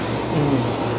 mm